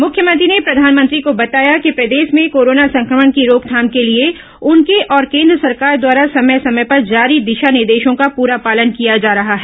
मुख्यमंत्री ने प्रधानमंत्री को बताया कि प्रदेश में कोरोना संक्रमण की रोकथाम के लिए उनके और केन्द्र सरकार द्वारा समय समय पर जारी दिशा निर्देशों का पुरा पालन किया जा रहा है